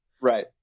Right